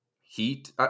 Heat